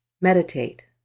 Meditate